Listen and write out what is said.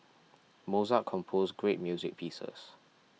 Mozart composed great music pieces